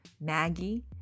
Maggie